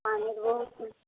ପାଣିର ବହୁତ